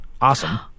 awesome